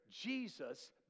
Jesus